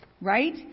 right